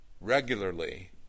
regularly